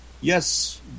yes